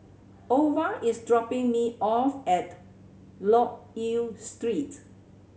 ova is dropping me off at Loke Yew Street